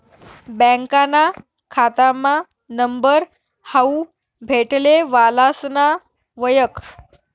बँकाना खातामा नंबर हावू भेटले वालासना वयख